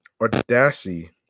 Audacity